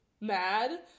mad